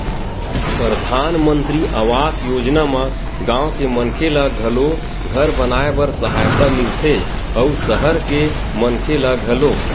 परधानमंतरी आवास योजना म गाँव के मनखे ल घलो घर बनाए बर सहायता मिलथे अउ सहर के मनखे ल घलो